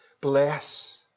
bless